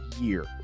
year